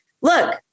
look